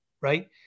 right